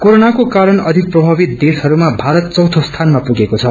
कोरोनाको ारण अधिक प्रभातिव देशहरूमा भारत चौथे स्थानमा पुगेको छ